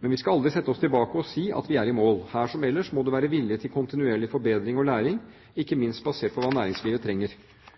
Men vi skal aldri lene oss tilbake og si at vi er i mål. Her, som ellers, må det være vilje til kontinuerlig forbedring og læring, ikke minst basert på hva næringslivet trenger.